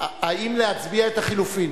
האם להצביע על לחלופין?